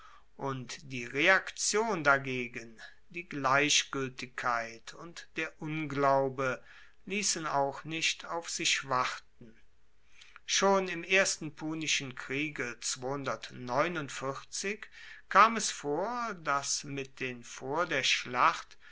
und die reaktion dagegen die gleichgueltigkeit und der unglaube liessen auch nicht auf sich warten schon im ersten punischen kriege kam es vor dass mit den vor der schlacht